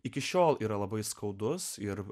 iki šiol yra labai skaudus ir